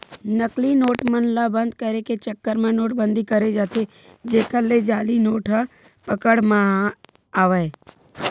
नकली नोट मन ल बंद करे के चक्कर म नोट बंदी करें जाथे जेखर ले जाली नोट ह पकड़ म आवय